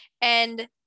And-